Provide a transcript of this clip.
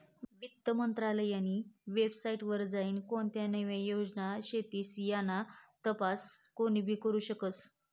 वित्त मंत्रालयनी वेबसाईट वर जाईन कोणत्या नव्या योजना शेतीस याना तपास कोनीबी करु शकस